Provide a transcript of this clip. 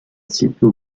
participer